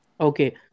Okay